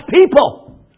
people